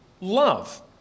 love